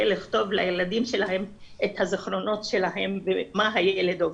לכתוב לילדים שלהם את הזיכרונות שלהם ומה הילד עובר.